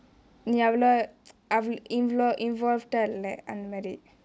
நீ அவலோவா அவ்~:nee avalovaa av~ involved involved டா இல்லே அந்த மாரி:taa illae antha maari